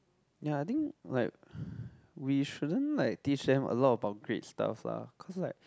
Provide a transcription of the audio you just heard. ya I think like we shouldn't like teach them a lot about grade stuff cause like